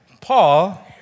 Paul